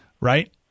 Right